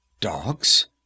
Dogs